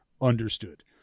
understood